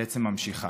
בעצם ממשיכה.